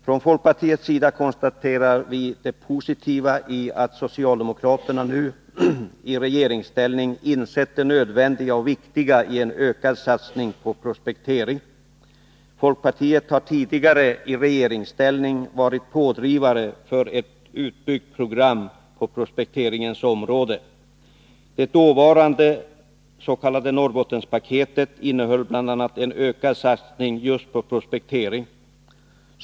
Från folkpartiets sida konstaterar vi det positiva i att socialdemokraterna nui regeringsställning insett det nödvändiga och viktiga i en ökad satsning på prospektering. Folkpartiet har tidigare i regeringsställning varit pådrivare för ett utbyggt program på prospekteringens område. Det dåvarande s.k. Norrbottenspaketet innehöll bl.a. en ökad satsning just på prospektering.